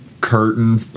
curtain